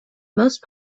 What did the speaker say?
most